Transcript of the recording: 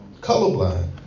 Colorblind